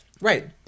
Right